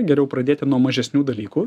geriau pradėti nuo mažesnių dalykų